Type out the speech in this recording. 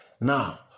Now